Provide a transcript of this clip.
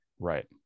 Right